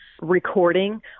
recording